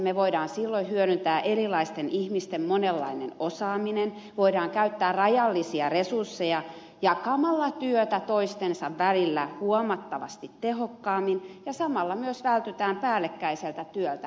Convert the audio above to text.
me voimme silloin hyödyntää erilaisten ihmisten monenlainen osaaminen voimme käyttää rajallisia resursseja jakamalla työtä toistensa välillä huomattavasti tehokkaammin ja samalla myös vältytään päällekkäiseltä työltä